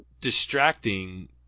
distracting –